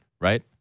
right